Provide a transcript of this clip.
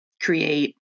create